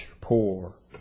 poor